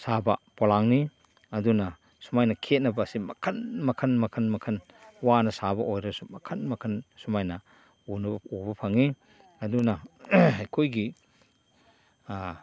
ꯁꯥꯕ ꯄꯣꯂꯥꯡꯅꯤ ꯑꯗꯨꯅ ꯁꯨꯃꯥꯏꯅ ꯈꯦꯠꯅꯕ ꯑꯁꯤ ꯃꯈꯟ ꯃꯈꯟ ꯃꯈꯟ ꯃꯈꯟ ꯋꯥꯅ ꯁꯥꯕ ꯑꯣꯏꯔꯁꯨ ꯃꯈꯟ ꯃꯈꯟ ꯁꯨꯃꯥꯏꯅ ꯎꯕ ꯐꯪꯏ ꯑꯗꯨꯅ ꯑꯩꯈꯣꯏꯒꯤ